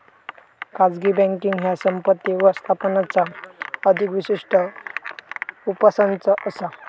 खाजगी बँकींग ह्या संपत्ती व्यवस्थापनाचा अधिक विशिष्ट उपसंच असा